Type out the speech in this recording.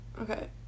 Okay